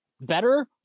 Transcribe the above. better